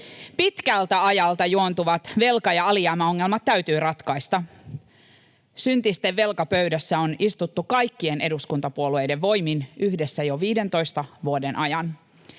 Pitkältä ajalta juontuvat velka- ja alijäämäongelmat täytyy ratkaista. Syntisten velkapöydässä on istuttu kaikkien eduskuntapuolueiden voimin yhdessä jo 15 vuoden ajan.